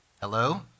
Hello